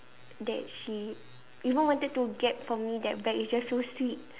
that she even wanted to get for me that bag is just so sweet